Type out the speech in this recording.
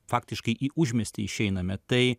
faktiškai į užmiestį išeiname tai